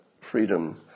freedom